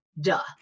duh